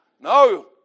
No